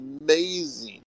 amazing